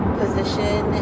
position